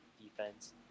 defense